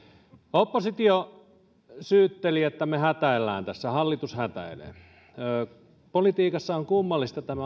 oppositio syytteli että me hätäilemme tässä hallitus hätäilee politiikassa on kummallista tämä